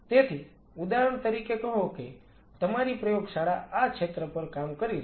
તેથી ઉદાહરણ તરીકે કહો કે તમારી પ્રયોગશાળા આ ક્ષેત્ર પર કામ કરી રહી છે